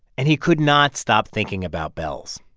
and he could not stop thinking about bells.